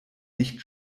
nicht